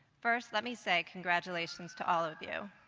first, let me say congratulations to all of you.